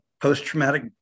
post-traumatic